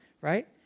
right